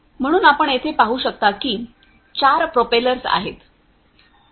म्हणून आपण येथे पाहू शकता की 4 प्रोपेलर्स आहेत